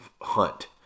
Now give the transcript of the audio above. hunt